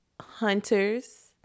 Hunters